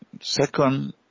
Second